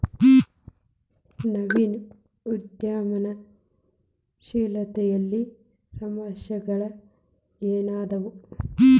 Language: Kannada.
ನವೇನ ಉದ್ಯಮಶೇಲತೆಯಲ್ಲಿನ ಸಮಸ್ಯೆಗಳ ಏನದಾವ